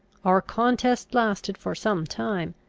our contest lasted for some time,